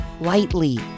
lightly